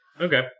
Okay